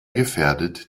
gefährdet